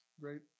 great